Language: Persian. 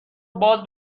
باز